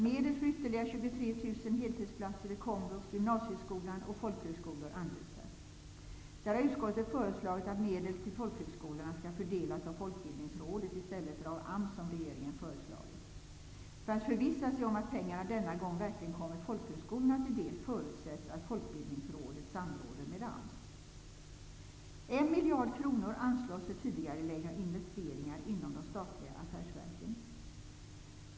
Medel för ytterligare 23 000 heltidsplatser vid Komvux, gymnasieskolan och folkhögskolor anvisas. Där har utskottet föreslagit att medel till folkhögskolorna skall fördelas av Folkbildningsrådet i stället för av AMS, som regeringen föreslagit. För att förvissa sig om att pengarna denna gång verkligen kommer folkhögskolorna till del förutsätter utskottet att Folkbildningsrådet samråder med AMS.